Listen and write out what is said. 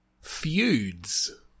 feuds